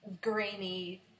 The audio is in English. grainy